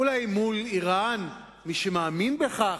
אולי מול אירן, מי שמאמין בכך,